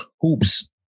hoops